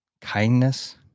kindness